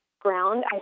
ground